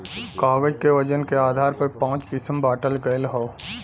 कागज क वजन के आधार पर पाँच किसम बांटल गयल हौ